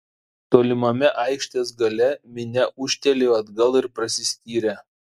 tolimame aikštės gale minia ūžtelėjo atgal ir prasiskyrė